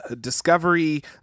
Discovery